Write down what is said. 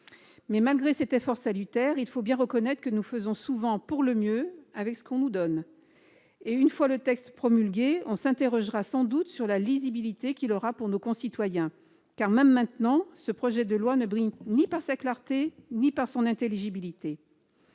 malgré cet effort salutaire, il faut bien reconnaître que nous faisons souvent pour le mieux avec ce que l'on nous donne. Une fois le texte promulgué, on s'interrogera sans doute sur sa lisibilité pour nos concitoyens. Même maintenant, ce projet de loi ne brille ni par sa clarté ni par son intelligibilité.